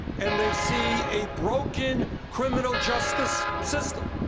and they see a broken criminal justice system.